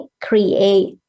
create